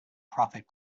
profit